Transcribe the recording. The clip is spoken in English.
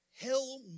hell